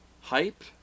Hype